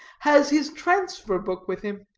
has his transfer-book with him.